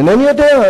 אינני יודע,